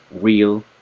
real